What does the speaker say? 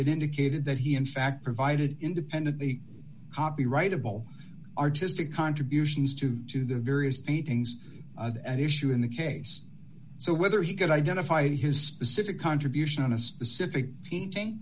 that indicated that he in fact provided independently copyrightable artistic contributions to to the various paintings at issue in the case so whether he could identify his specific contribution on a specific